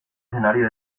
escenario